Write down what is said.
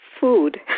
food